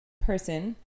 person